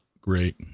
great